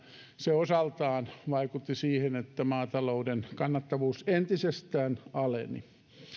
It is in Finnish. se osaltaan vaikutti siihen että maatalouden kannattavuus entisestään aleni